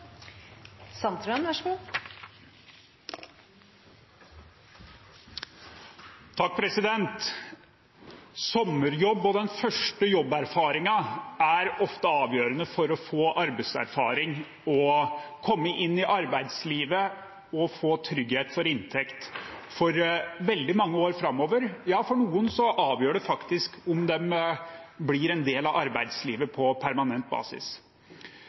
Sommerjobb og den første jobberfaringen er ofte avgjørende for å få arbeidserfaring og komme inn i arbeidslivet og få trygghet for inntekt for veldig mange år framover. Ja, for noen avgjør det faktisk om de blir en del av arbeidslivet på permanent basis.